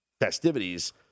festivities